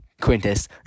Quintus